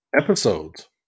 episodes